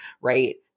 right